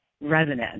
resonant